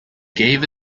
gave